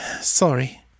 Sorry